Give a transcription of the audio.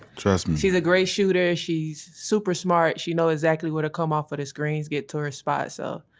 trust me. she's a great shooter. she's super smart. she know exactly where to come off of the screens, get to her spots. so,